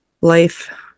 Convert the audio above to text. life